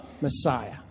Messiah